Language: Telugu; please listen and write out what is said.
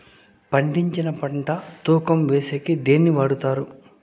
పండించిన పంట తూకం వేసేకి దేన్ని వాడతారు?